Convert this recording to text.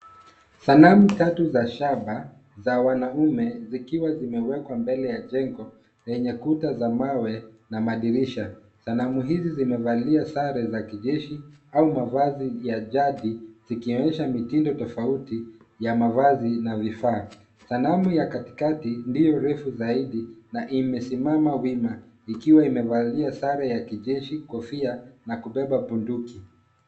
Sanamu tatu za shaba za wanaume, zikiwa zimewekwa mbele ya jengo lenye kuta za mawe na madirisha. Sanamu hizi zimevalia sare za kijeshi au mavazi ya jadi, zikionyesha mitindo tofauti ya mavazi na vifaa. Sanamu ya katikati ndiyo refu zaidi na imesimama wima likiwa imevalia sare ya kijeshi, kofia na kubeba bunduki.